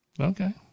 Okay